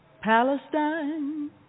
Palestine